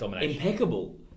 impeccable